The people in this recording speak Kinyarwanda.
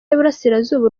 y’uburasirazuba